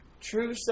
True